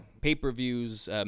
Pay-per-views